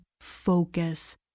focus